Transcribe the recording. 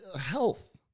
health